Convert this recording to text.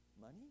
Money